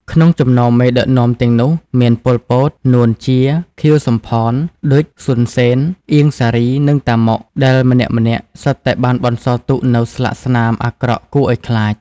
ក្នុងចំណោមមេដឹកនាំទាំងនោះ មានប៉ុល ពត នួន ជា ខៀវ សំផន ឌុច សុន សេន អៀង សារី និងតាម៉ុក ដែលម្នាក់ៗសុទ្ធតែបានបន្សល់ទុកនូវស្លាកស្នាមអាក្រក់គួរឱ្យខ្លាច។